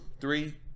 three